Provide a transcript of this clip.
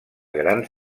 grans